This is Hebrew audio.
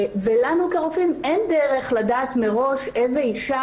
ולנו כרופאים אין דרך לדעת מראש איזו אישה